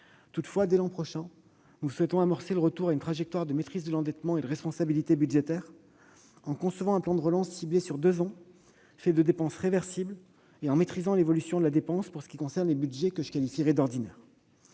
Toutefois, dès l'an prochain, nous amorcerons le retour à une trajectoire de maîtrise de l'endettement et de responsabilité budgétaire, en concevant un plan de relance ciblé sur deux ans, fait de dépenses réversibles, et en maîtrisant l'évolution de la dépense pour ce qui concerne les budgets que je qualifierai d'« ordinaires